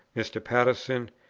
mr. pattison,